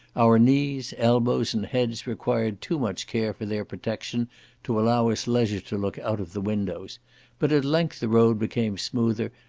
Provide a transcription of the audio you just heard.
our knees, elbows, and heads required too much care for their protection to allow us leisure to look out of the windows but at length the road became smoother,